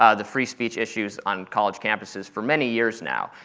ah the free speech issues on college campuses for many years now,